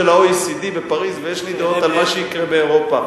ה-OECD בפריס ויש לי דעות על מה שיקרה באירופה.